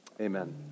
Amen